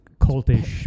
cultish